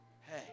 Hey